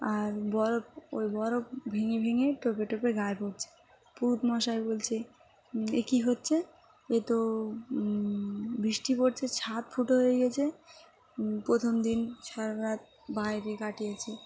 আর বরফ ওই বরফ ভেঙে ভেঙে টোপে টোপে গায়ে পড়ছে পুরুতমশাই বলছে এ কী হচ্ছে এ তো বৃষ্টি পড়ছে ছাদ ফুটো হয়ে গেছে প্রথম দিন সারা রাত বাইরে কাটিয়েছে